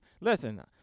Listen